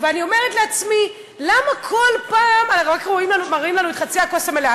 ואני אומרת לעצמי: למה כל פעם רק מראים לנו את מחצית הכוס המלאה?